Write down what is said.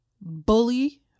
Bully